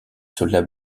soldats